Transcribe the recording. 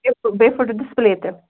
بیٚیہِ پھُٹ پھُٹ ڈِسپُلے تہِ